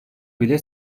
bile